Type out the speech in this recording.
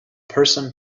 person